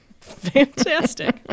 fantastic